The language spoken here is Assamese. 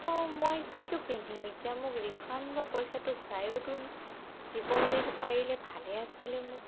ত' মই কিয় পিন্ধিম এতিয়া মোক ৰিফাণ্ড বা পইচাটো ঘুৰাইওতো দিবলৈ পাৰিলে ভালে আছিলে মোক